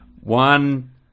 One